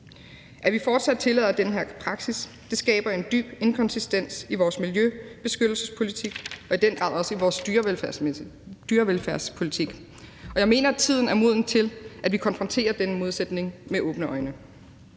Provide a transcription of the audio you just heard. At vi fortsat tillader den her praksis, skaber en dyb inkonsistens i vores miljøbeskyttelsespolitik og i den grad også i vores dyrevelfærdspolitik, og jeg mener, at tiden er moden til, at vi konfronterer denne modsætning med åbne øjne.